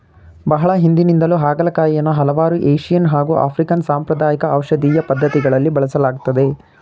ಬಹಳ ಹಿಂದಿನಿಂದಲೂ ಹಾಗಲಕಾಯಿಯನ್ನು ಹಲವಾರು ಏಶಿಯನ್ ಹಾಗು ಆಫ್ರಿಕನ್ ಸಾಂಪ್ರದಾಯಿಕ ಔಷಧೀಯ ಪದ್ಧತಿಗಳಲ್ಲಿ ಬಳಸಲಾಗ್ತದೆ